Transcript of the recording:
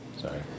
Sorry